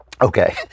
Okay